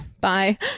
Bye